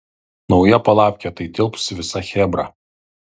nauja palapkė tai tilps visa chebra